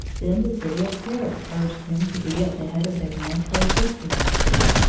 then the city of paris urged him to be at the head of their natural history museum,